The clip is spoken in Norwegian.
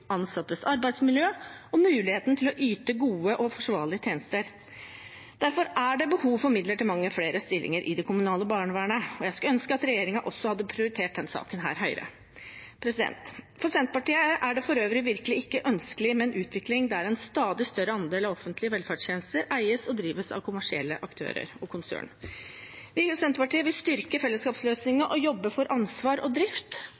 ansattes arbeidsmiljø og muligheten til å yte gode og forsvarlige tjenester. Derfor er det behov for midler til mange flere stillinger i det kommunale barnevernet, og jeg skulle ønske at regjeringen også hadde prioritert denne saken høyere. For Senterpartiet er det for øvrig virkelig ikke ønskelig med en utvikling der en stadig større andel av offentlige velferdstjenester eies og drives av kommersielle aktører og konsern. Vi i Senterpartiet vil styrke fellesskapsløsningene og jobbe for ansvar og drift,